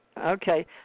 Okay